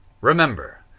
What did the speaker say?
Remember